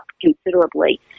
considerably